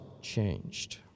changed